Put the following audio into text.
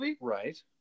Right